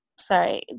Sorry